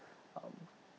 um